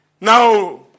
now